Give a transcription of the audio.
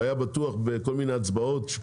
והוא היה בטוח בכול מיני הצבעות שהיו